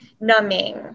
numbing